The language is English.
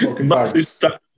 massive